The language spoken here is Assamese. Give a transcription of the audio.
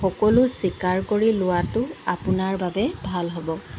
সকলো স্বীকাৰ কৰি লোৱাটো আপোনাৰ বাবে ভাল হ'ব